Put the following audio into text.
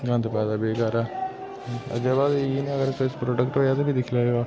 गंद पाए दा बेकारा अज्जा बाद इ'या जेहा कोई प्रोडेक्ट होआ तां फ्ही दिक्खी लैएओ